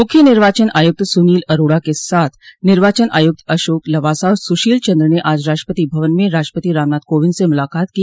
मुख्य निर्वाचन आयुक्त सुनील अरोड़ा के साथ निर्वाचन आयुक्त अशोक लवासा और सुशील चन्द्र ने आज राष्ट्रपति भवन में राष्ट्रपति रामनाथ कोविंद से मुलाकात की